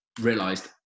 Realised